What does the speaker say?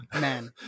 man